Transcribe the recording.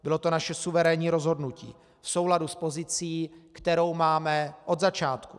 Bylo to naše suverénní rozhodnutí v souladu s pozicí, kterou máme od začátku.